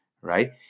right